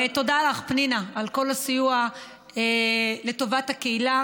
ותודה לך, פנינה, על כל הסיוע לטובת הקהילה.